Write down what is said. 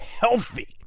healthy